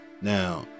Now